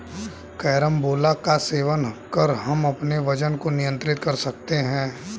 carambola का सेवन कर हम अपने वजन को नियंत्रित कर सकते हैं